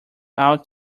out